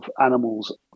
animals